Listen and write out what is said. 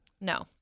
No